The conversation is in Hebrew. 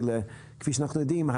כי כפי שאנחנו יודעים,